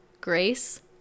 grace